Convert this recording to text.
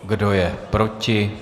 Kdo je proti?